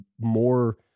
more